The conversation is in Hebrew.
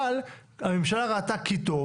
אבל הממשלה ראתה כי טוב,